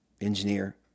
engineer